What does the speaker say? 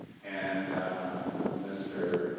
and mr.